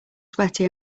sweaty